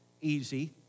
easy